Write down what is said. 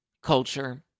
Culture